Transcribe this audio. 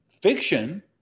fiction